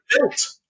built